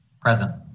Present